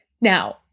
Now